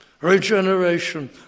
Regeneration